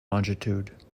longitude